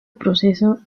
proceso